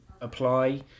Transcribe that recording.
apply